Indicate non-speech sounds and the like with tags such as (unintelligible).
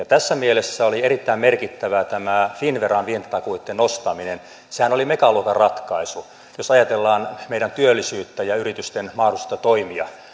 (unintelligible) tässä mielessä oli erittäin merkittävä tämä finnveran vientitakuitten nostaminen sehän oli megaluokan ratkaisu jos ajatellaan meidän työllisyyttä ja yritysten mahdollisuutta toimia